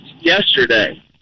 yesterday